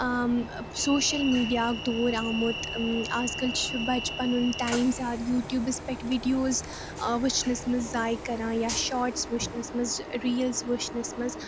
social media اَکھ دور آمُت اَزکَل چھُ بَچہِ پَنُن ٹایم زیادٕ یوٗٹیٛوٗبَس پٮ۪ٹھ ویٖڈیوز وُچھنَس منٛز ضایہِ کَران یا شاٹٕس وُچھنَس منٛز ریٖلٕز وُچھنَس منٛز